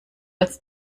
als